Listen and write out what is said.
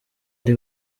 ari